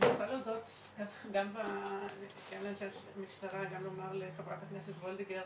רוצה להודות למשטרה ולחברת הכנסת וולדיגר